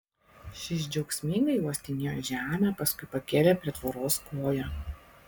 šis džiaugsmingai uostinėjo žemę paskui pakėlė prie tvoros koją